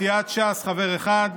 סיעת ש"ס חבר אחד,